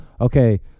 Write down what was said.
Okay